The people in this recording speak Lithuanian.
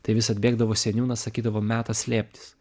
tai vis atbėgdavo seniūnas sakydavo metas slėptis